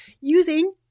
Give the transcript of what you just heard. using